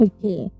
Okay